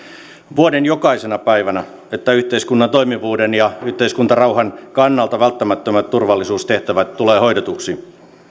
vuoden jokaisena päivänä että yhteiskunnan toimivuuden ja yhteiskuntarauhan kannalta välttämättömät turvallisuustehtävät tulevat hoidetuksi